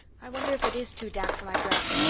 i wonder if it is too damp for my dress,